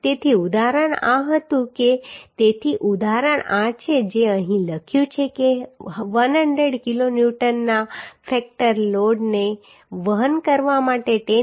તેથી ઉદાહરણ આ હતું કે તેથી ઉદાહરણ આ છે જે અહીં લખ્યું છે કે 100 કિલોન્યુટનના ફેક્ટર લોડને વહન કરવા માટે 10